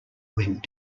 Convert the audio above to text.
went